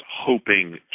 hoping